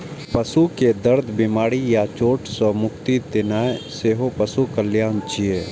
पशु कें दर्द, बीमारी या चोट सं मुक्ति दियेनाइ सेहो पशु कल्याण छियै